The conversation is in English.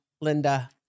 Linda